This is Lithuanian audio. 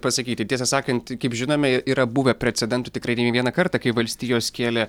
pasakyti tiesą sakant kaip žinome yra buvę precedentų tikrai ne vieną kartą kai valstijos kėlė